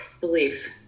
Belief